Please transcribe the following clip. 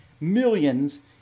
millions